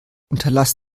unterlass